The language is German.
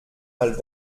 mal